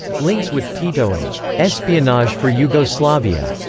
links with tito and espionage for yugoslavia.